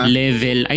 level